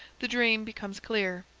the dream becomes clear.